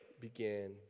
began